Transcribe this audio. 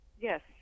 Yes